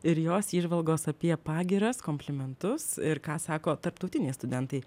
ir jos įžvalgos apie pagyras komplimentus ir ką sako tarptautiniai studentai